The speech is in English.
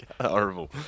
horrible